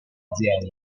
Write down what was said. azienda